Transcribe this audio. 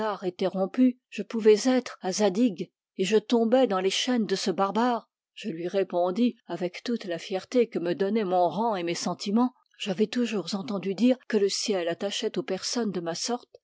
rompus je pouvais être à zadig et je tombais dans les chaînes de ce barbare je lui répondis avec toute la fierté que me donnaient mon rang et mes sentiments j'avais toujours entendu dire que le ciel attachait aux personnes de ma sorte